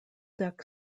deck